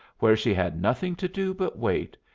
where she had nothing to do but wait,